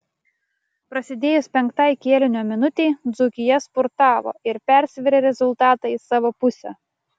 prasidėjus penktai kėlinio minutei dzūkija spurtavo ir persvėrė rezultatą į savo pusę